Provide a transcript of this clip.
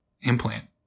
implant